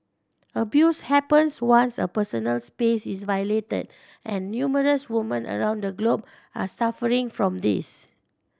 abuse happens once a personal space is violated and numerous women around the globe are suffering from this